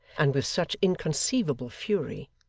and with such inconceivable fury,